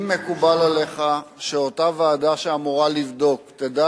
אם מקובל עליך שאותה ועדה שאמורה לבדוק תדע